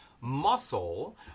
muscle